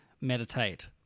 meditate